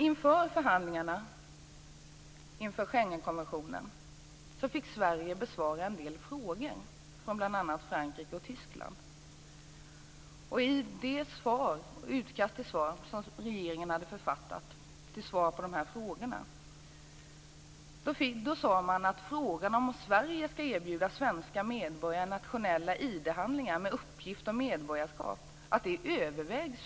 Inför förhandlingarna inför Schengenkonventionen fick Sverige besvara en del frågor från bl.a. Frankrike och Tyskland. I det utkast till svar på dessa frågor som regeringen hade författat skrev man att svenska myndigheter för närvarande överväger om Sverige skall erbjuda svenska medborgare nationella ID-handlingar med uppgift om medborgarskap.